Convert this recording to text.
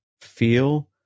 feel